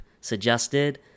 suggested